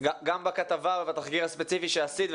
גם בכתבה ובתחקיר הספציפי שעשית,